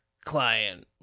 client